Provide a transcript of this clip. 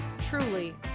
truly